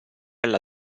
alla